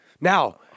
Now